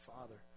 Father